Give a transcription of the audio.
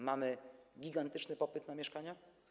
Mamy gigantyczny popyt na mieszkania.